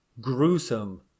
gruesome